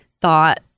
thought